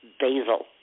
basil